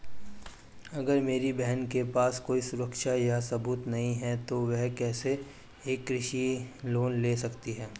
अगर मेरी बहन के पास कोई सुरक्षा या सबूत नहीं है, तो वह कैसे एक कृषि लोन ले सकती है?